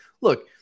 Look